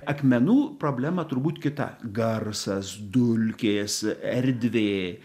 akmenų problema turbūt kita garsas dulkės erdvė